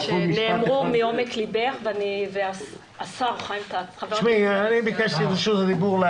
חבר הכנסת חיים כץ ביקש את רשות הדיבור.